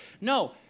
No